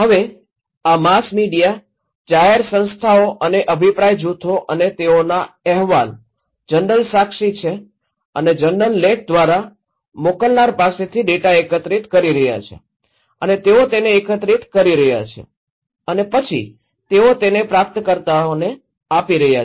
હવે આ mass media જાહેર સંસ્થાઓ અને અભિપ્રાય જૂથો અને તેઓનો અહેવાલ જનરલ સાક્ષી છે અને જર્નલ લેખ દ્વારા મોકલનાર પાસેથી ડેટા એકત્રિત કરી રહ્યા છે અને તેઓ તેને એકત્રિત કરી રહ્યાં છે અને પછી તેઓ તેને પ્રાપ્તકર્તાઓને આપી રહ્યા છે